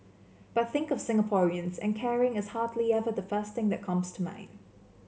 but think of Singaporeans and caring is hardly ever the first thing that comes to mind